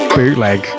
bootleg